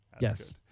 Yes